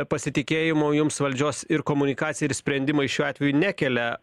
pasitikėjimo jums valdžios ir komunikacija ir sprendimai šiuo atveju nekelia